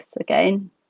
again